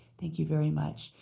thank you very much.